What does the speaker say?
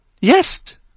Yes